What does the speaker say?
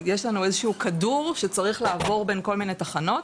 יש לנו איזשהו כדור שצריך לעבור בין כל מיני תחנות,